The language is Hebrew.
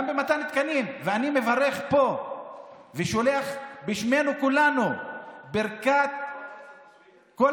ואני מברך פה ושולח בשם כולנו ברכת כל